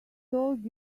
told